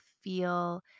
feel